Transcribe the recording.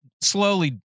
slowly